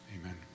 Amen